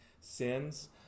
Sins